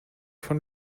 von